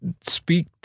speak